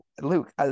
Luke